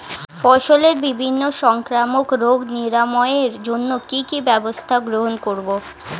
ফসলের বিভিন্ন সংক্রামক রোগ নিরাময়ের জন্য কি কি ব্যবস্থা গ্রহণ করব?